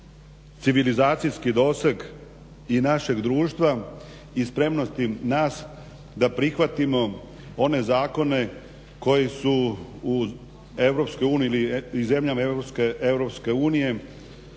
civilizacijski doseg i našeg društva i spremnosti nas da prihvatimo one zakone koji su u EU